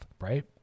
right